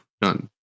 done